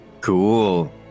cool